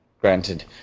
Granted